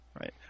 right